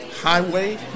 highway